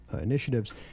initiatives